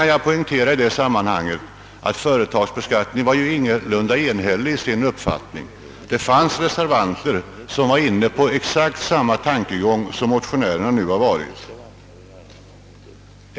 Jag vill i detta sammanhang poängtera att företagsbeskattningskommittén ingalunda varit enig i sin uppfattning. Det fanns där reservanter som var inne på exakt samma tankegång som motionärerna.